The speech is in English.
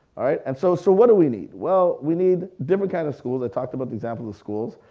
and so so what do we need? well we need different kinds of school. i talked about the examples of schools.